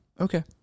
Okay